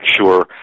sure